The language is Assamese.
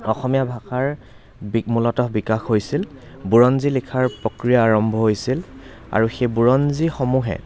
অসমীয়া ভাষাৰ বিক মূলত বিকাশ হৈছিল বুৰঞ্জী লিখাৰ প্ৰক্ৰিয়া আৰম্ভ হৈছিল আৰু সেই বুৰঞ্জীসমূহে